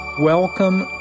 Welcome